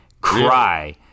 Cry